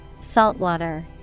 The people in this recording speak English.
Saltwater